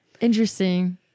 Interesting